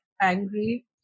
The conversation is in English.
angry